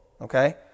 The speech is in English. Okay